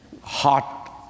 hot